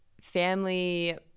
family